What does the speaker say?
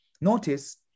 notice